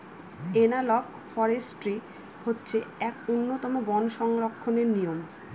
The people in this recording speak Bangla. এনালগ ফরেষ্ট্রী হচ্ছে এক উন্নতম বন সংরক্ষণের নিয়ম